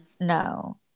No